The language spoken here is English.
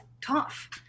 tough